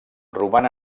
roman